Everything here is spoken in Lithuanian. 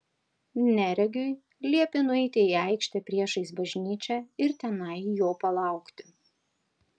neregiui liepė nueiti į aikštę priešais bažnyčią ir tenai jo palaukti